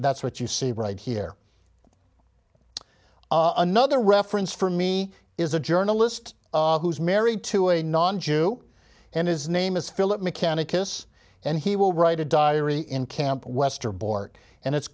that's what you see right here another reference for me is a journalist who's married to a non jew and his name is philip mechanic kiss and he will write a diary in camp westerbork and it's